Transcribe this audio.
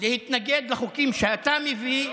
להתנגד לחוקים שאתה מביא,